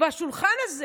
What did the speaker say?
השולחן הזה